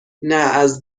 نه، از